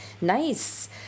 Nice